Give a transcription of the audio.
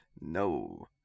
No